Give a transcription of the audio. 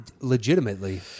Legitimately